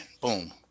boom